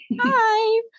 hi